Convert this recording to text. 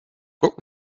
guck